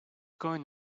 going